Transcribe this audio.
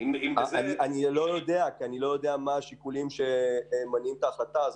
אני לא יודע כי אני לא יודע מה השיקולים שמניעים את ההחלטה.